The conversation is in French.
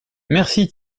merci